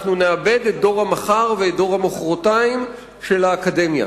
נאבד את דור המחר ואת דור המחרתיים של האקדמיה.